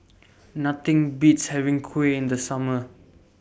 Nothing Beats having Kuih in The Summer